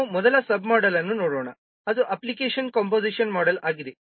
ಈಗ ನಾವು ಮೊದಲ ಸಬ್ ಮೋಡೆಲ್ ಅನ್ನು ನೋಡೋಣ ಅದು ಅಪ್ಲಿಕೇಶನ್ ಕಂಪೋಸಿಷನ್ ಮೋಡೆಲ್ ಆಗಿದೆ